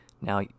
Now